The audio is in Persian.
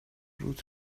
روت